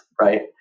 right